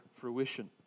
fruition